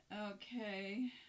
Okay